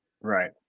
Right